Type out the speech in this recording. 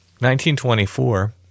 1924